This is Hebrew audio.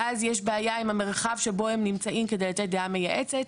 ואז יש בעיה עם המרחב שבו הם נמצאים כדי לתת דעה מייעצת.